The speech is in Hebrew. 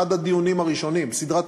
אחד הדיונים הראשונים,